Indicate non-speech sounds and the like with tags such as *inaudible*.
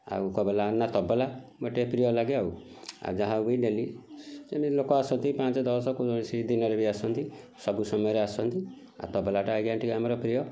ଆଉ କବଲା ନା ତବଲା ଗୋଟିଏ ପ୍ରିୟ ଲାଗେ ଆଉ ଆଉ ଯାହାକୁ କି ଡେଲି ଯେମିତି ଲୋକ ଆସନ୍ତି ପାଞ୍ଚ ଦଶ କେଉଁ *unintelligible* ସେଇ ଦିନରେ ବି ଆସନ୍ତି ସବୁ ସମୟରେ ଆସନ୍ତି ଆଉ ତବଲାଟା ଆଜ୍ଞା ଟିକେ ଆମର ପ୍ରିୟ